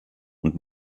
und